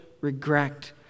regret